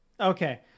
Okay